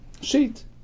sheet